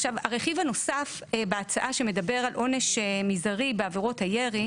הרכיב הנוסף שבהצעה שמדבר על עונש מזערי בעבירות הירי,